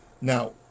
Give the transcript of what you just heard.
Now